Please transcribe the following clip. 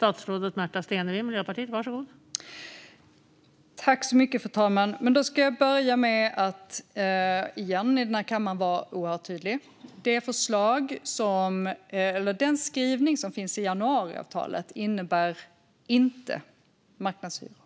Fru talman! Då ska jag börja med att återigen i den här kammaren vara oerhört tydlig: Det förslag eller den skrivning som finns i januariavtalet innebär inte marknadshyror.